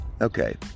Okay